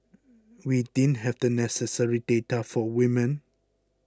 we didn't have the necessary data for women